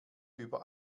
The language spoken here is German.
über